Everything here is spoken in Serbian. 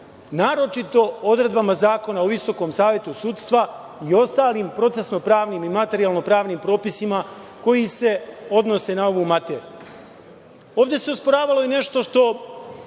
naročito odredbama Zakona o Visokom savetu sudstva i ostalim procesno, pravnim i materijalno-pravnim propisima koji se odnose na ovu materiju. Ovde se osporavalo i nešto što